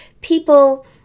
people